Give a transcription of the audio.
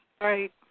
Right